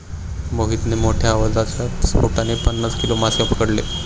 मोहितने मोठ्ठ्या आवाजाच्या स्फोटाने पन्नास किलो मासे पकडले